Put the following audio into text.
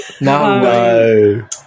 no